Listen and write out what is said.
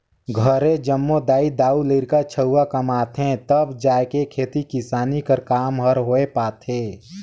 घरे जम्मो दाई दाऊ,, लरिका छउवा कमाथें तब जाएके खेती किसानी कर काम हर होए पाथे